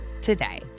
today